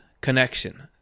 connection